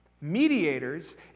Mediators